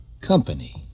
company